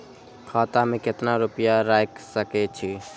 खाता में केतना रूपया रैख सके छी?